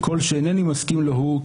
כל שאינני מסכים לו הוא,